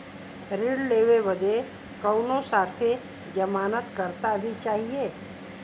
ऋण लेवे बदे कउनो साथे जमानत करता भी चहिए?